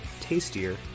tastier